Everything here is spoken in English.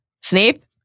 Snape